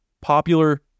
popular